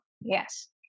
Yes